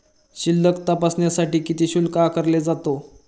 शिल्लक तपासण्यासाठी किती शुल्क आकारला जातो?